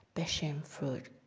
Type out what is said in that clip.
passion fruit